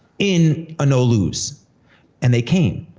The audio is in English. in a no-lose, and they came.